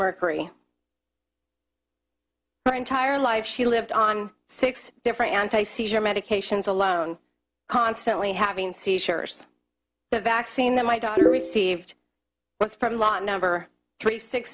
mercury my entire life she lived on six different anti seizure medications alone constantly having seizures the vaccine that my daughter received was from lot number three six